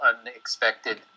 unexpected